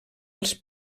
als